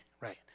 right